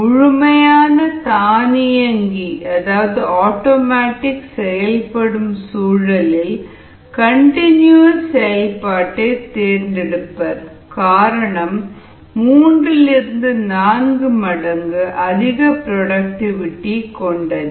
முழுமையாக தானியங்கியாக செயல்படும் சூழலில் கண்டினியூவஸ் செயல்பாட்டை தேர்ந்தெடுப்பர் காரணம் 3 4 மடங்கு அதிக புரோடக்டிவிடி கொண்டது